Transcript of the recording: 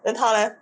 then 她 leh